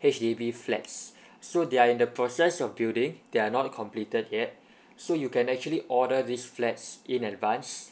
H_D_B flats so they are in the process of building they are not completed yet so you can actually order these flats in advance